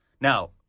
Now